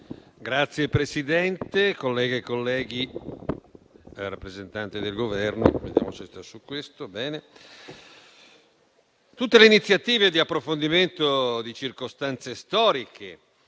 Signor Presidente, colleghe e colleghi, rappresentante del Governo, tutte le iniziative di approfondimento di circostanze storiche